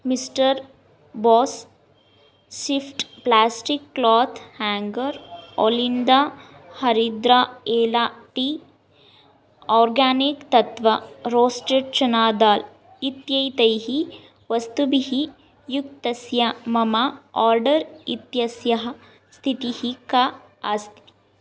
mister Boss's sift plastic cloth hanger ओलिण्डा हरिद्रा एला टी आर्गानिक् तत्त्व रोस्टेड् चना दाल् इत्येतैः वस्तुभिः युक्तस्य मम आर्डर् इत्यस्यः स्थिस्तिः का अस्ति